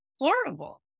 horrible